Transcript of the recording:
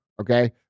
Okay